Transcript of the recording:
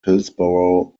hillsboro